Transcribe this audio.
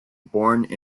borne